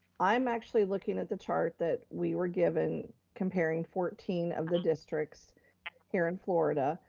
i'm actually looking at the chart that we were given comparing fourteen of the districts here in florida,